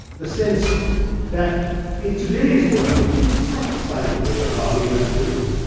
the sense that in today's world it's not the side of the bigger army that wins,